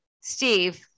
Steve